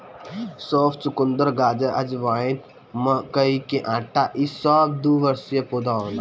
सौंफ, चुकंदर, गाजर, अजवाइन, मकई के आटा इ सब द्विवर्षी पौधा होला